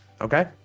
okay